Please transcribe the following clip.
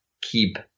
keep